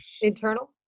Internal